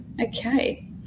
Okay